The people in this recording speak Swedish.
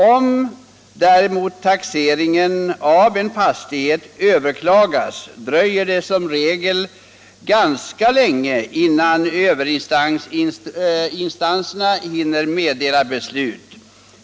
Om däremot taxeringen av en fastighet överklagas, dröjer det som regel ganska länge innan överinstanserna hinner meddela beslut.